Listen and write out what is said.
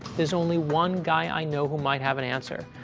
there's only one guy i know who might have an answer,